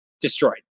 destroyed